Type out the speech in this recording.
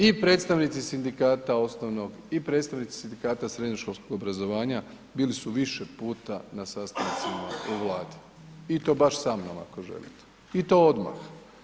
I predstavnici sindikata osnovnog i predstavnici sindikata srednjoškolskog obrazovanja bili su više puta na sastancima u Vladi i to baš samnom ako želite i to odmah.